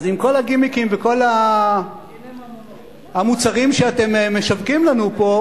אז עם כל הגימיקים ועם כל המוצרים שאתם משווקים לנו פה,